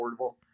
affordable